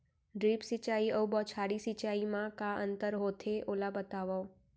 Drip सिंचाई अऊ बौछारी सिंचाई मा का अंतर होथे, ओला बतावव?